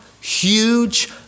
huge